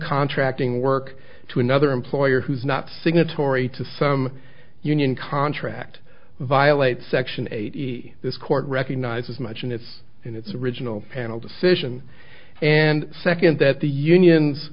contracting work to another employer who's not signatory to some union contract violates section eight this court recognizes much in its in its original panel decision and second that the unions